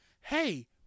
Hey